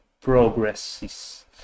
progresses